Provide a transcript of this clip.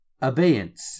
abeyance